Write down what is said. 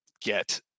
get